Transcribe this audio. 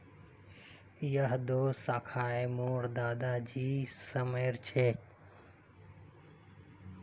यह दो शाखए मोर दादा जी समयर छे